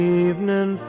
evening